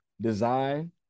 design